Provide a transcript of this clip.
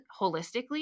holistically